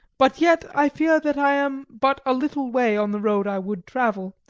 but yet i fear that i am but a little way on the road i would travel.